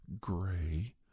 gray